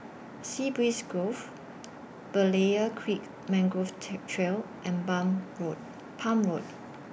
Sea Breeze Grove Berlayer Creek Mangrove Trail and bum Road Palm Road